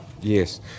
Yes